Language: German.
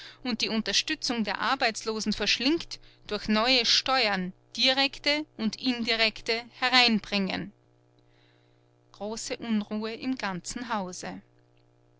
und die unterstützung der arbeitslosen verschlingt durch neue steuern direkte und indirekte hereinbringen große unruhe im ganzen hause